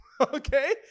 Okay